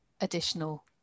additional